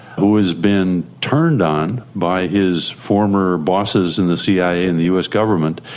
who has been turned on by his former bosses in the cia and the us government,